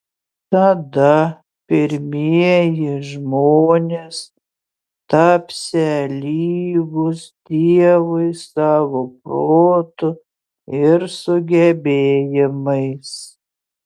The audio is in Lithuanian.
tada pirmieji žmonės tapsią lygūs dievui savo protu ir sugebėjimais